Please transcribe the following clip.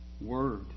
word